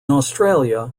australia